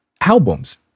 albums